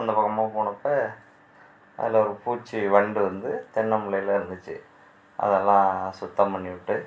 அந்த பக்கமாக போனப்போ அதில் ஒரு பூச்சி வண்டு வந்து தென்னம் பிள்ளைல இருந்துச்சு அதெலாம் சுத்தம் பண்ணி விட்டு